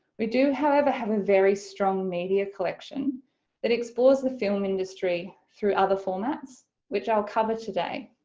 we do however have a very strong media collection that explores the film industry through other formats which i'll cover today.